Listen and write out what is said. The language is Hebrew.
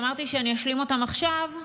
ואמרתי שאני אשלים אותם עכשיו,